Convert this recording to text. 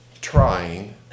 trying